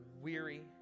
weary